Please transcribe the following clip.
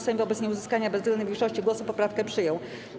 Sejm wobec nieuzyskania bezwzględnej większości głosów poprawkę przyjął.